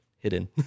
hidden